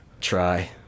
try